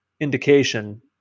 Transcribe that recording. indication